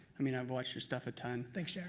i mean i've watched your stuff a ton. thanks, yeah